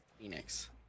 Phoenix